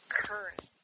current